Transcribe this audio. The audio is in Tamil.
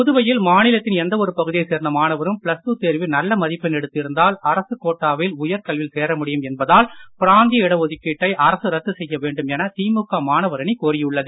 புதுவையில் மாநிலத்தின் எந்த ஒரு பகுதியை சேர்ந்த மாணவரும் பிளஸ் டூ தேர்வில் நல்ல மதிப்பெண் எடுத்து இருந்தால் அரசுக் கோட்டாவில் உயர்கல்வியில் சேர முடியும் என்பதால் பிராந்திய இட ஒதுக்கீட்டை அரசு ரத்து செய்ய வேண்டும் என திமுக மாணவர் அணி கோரியுள்ளது